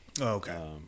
Okay